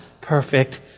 perfect